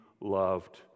loved